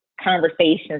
conversations